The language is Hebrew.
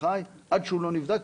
עד שהוא נבדק,